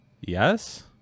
yes